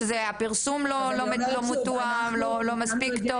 אולי הפרסום שעשיתם לא מתואם או משהו.